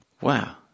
Wow